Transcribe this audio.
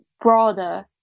broader